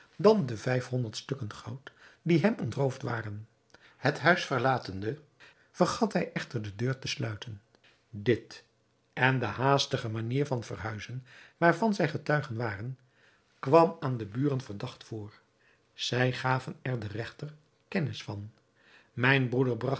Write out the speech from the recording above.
dan de vijf-honderd stukken goud die hem ontroofd waren het huis verlatende vergat hij echter de deur te sluiten dit en de haastige manier van verhuizen waarvan zij getuigen waren kwam aan de buren verdacht voor zij gaven er den regter kennis van mijn broeder